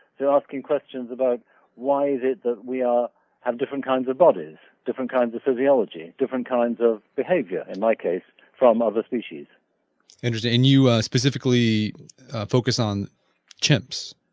so asking questions about why is it that we have different kinds of bodies, different kinds of physiology, different kinds of behavior in my case from other species interesting. you specifically focus on chimps,